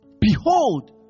behold